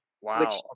Wow